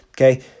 Okay